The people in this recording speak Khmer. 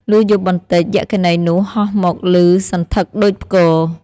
លុះយប់បន្តិច យក្ខិនីនោះហោះមកលឺសន្ធឹកដូចផ្គរ។